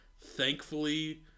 Thankfully